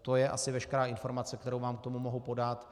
To je asi veškerá informace, kterou vám k tomu mohu podat.